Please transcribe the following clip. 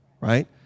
right